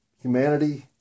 humanity